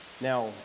Now